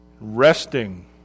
Resting